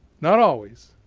not always,